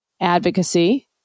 advocacy